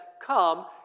come